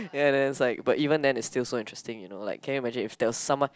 ya and then it's like but even then it's still so interesting you know like can you imagine if there was someone